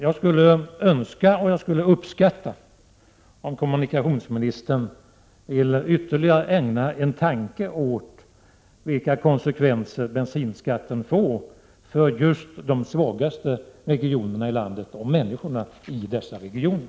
Jag skulle uppskatta om kommunikationsministern ville ägna ytterligare en tanke åt vilka konsekvenser bensin skatten får för de svagaste regionerna i landet och för människorna i dessa regioner.